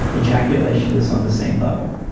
ejaculation is on the same level.